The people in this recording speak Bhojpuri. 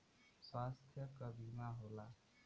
स्वास्थ्य क बीमा होला